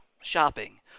shopping